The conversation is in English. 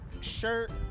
shirt